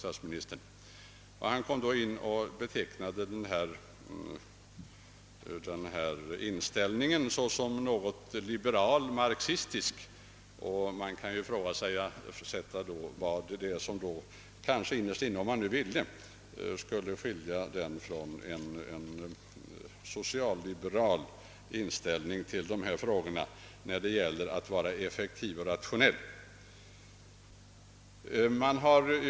Statsministern betecknade inställningen som liberalmarxistisk. Man kan, om man vill just på denna punkt ifrågasätta vad som skiljer den från en social-liberal inställning när det gäller vad som är effektivt och rationellt.